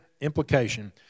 implication